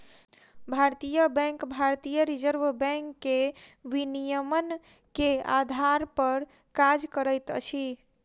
भारतीय बैंक भारतीय reserve bank के विनियमन के आधार पर काज करैत अछि